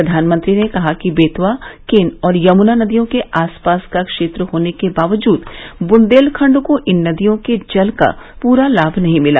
प्रधानमंत्री ने कहा कि बेतवा केन और यमुना नदियों के आसपास का क्षेत्र होने के बावजूद बुंदेलखंड को इन नदियों के जल का पूरा लाभ नहीं मिला